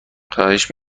خواهش